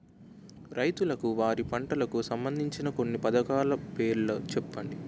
రైతులకు వారి పంటలకు సంబందించిన కొన్ని పథకాల పేర్లు చెప్పండి?